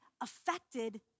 affected